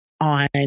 on